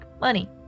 money